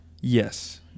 Yes